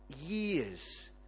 years